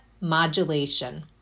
modulation